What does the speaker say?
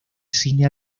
cine